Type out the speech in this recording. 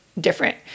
different